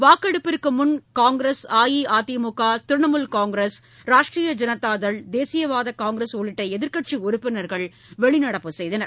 வாக்கெடுப்பிற்குமுன் காங்கிரஸ் அஇஅதிமுக திரிணாமுல் காங்கிரஸ் ராஷ்ட்ரிய ஜனதாதள் தேசியவாதகாங்கிரஸ் உள்ளிட்டஎதிர்க்கட்சிஉறுப்பினர்கள் வெளிநடப்பு செய்தனர்